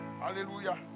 Hallelujah